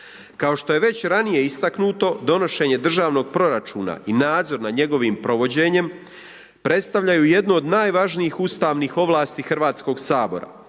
Kao što je već ranije istaknuto, donošenje Državnog proračuna i nadzor nad njegovim provođenjem predstavljaju jednu od najvažnijih ustavnih ovlasti Hrvatskoga sabora.